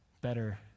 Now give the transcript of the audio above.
better